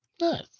Nice